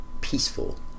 peaceful